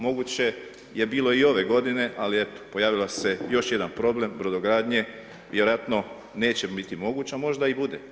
Moguće je bilo i ove godine, ali eto, pojavio se još jedan problem brodogradnje, vjerojatno neće biti moguća a možda i bude.